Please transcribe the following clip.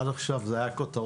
עד עכשיו זה היה כותרות.